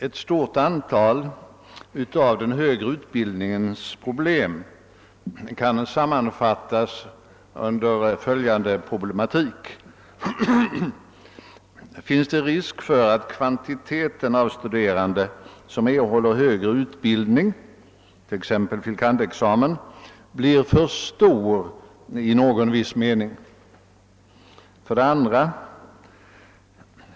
Ett stort antal av den högre utbildningens problem kan sammanfattas i följande: 1. Finns det risk för att kvantiteten av studerande som erhåller högre ut bildning, exempelvis fil. kand.-examen, blir för stor i någon viss mening? 2.